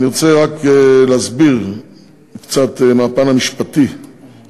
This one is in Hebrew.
אני רוצה רק להסביר קצת מהפן המשפטי,